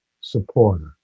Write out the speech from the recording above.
supporter